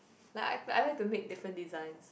like I I like to make different designs